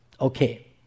Okay